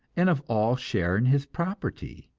and of all share in his property,